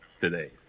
today